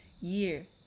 year